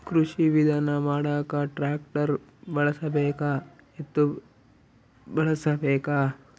ಕೃಷಿ ವಿಧಾನ ಮಾಡಾಕ ಟ್ಟ್ರ್ಯಾಕ್ಟರ್ ಬಳಸಬೇಕ, ಎತ್ತು ಬಳಸಬೇಕ?